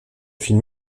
film